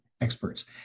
experts